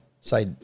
say